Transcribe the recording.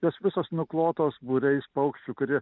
jos visos nuklotos būriais paukščių kurie